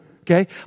okay